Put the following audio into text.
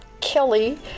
Kelly